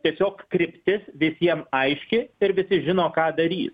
tiesiog kryptis visiem aiški ir visi žino ką daryt